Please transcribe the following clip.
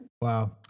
Wow